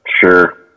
sure